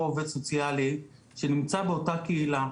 עובד סוציאלי שנמצא באותה הקהילה,